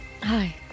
Hi